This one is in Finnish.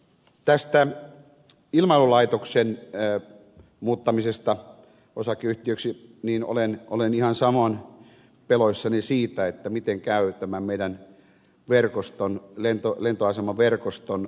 tästä ilmailulaitoksen muuttamisesta osakeyhtiöksi niin olen ihan samoin peloissani siitä miten käy tämän meidän lentoasemaverkoston